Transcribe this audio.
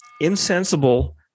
insensible